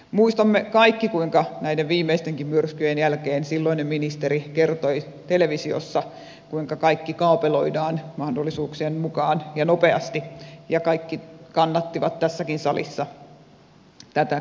muistamme kaikki kuinka näiden viimeistenkin myrskyjen jälkeen silloinen ministeri kertoi televisiossa kuinka kaikki kaapeloidaan mahdollisuuksien mukaan ja nopeasti ja kaikki kannattivat tässäkin salissa tätä kaunista ajatusta